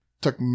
Took